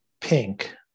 pink